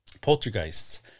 Poltergeists